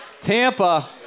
Tampa